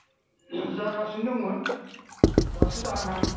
जागासिनो दंमोन दासो जाहां हां